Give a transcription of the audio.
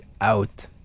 out